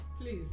Please